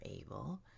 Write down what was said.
able